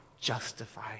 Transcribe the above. justify